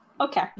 Okay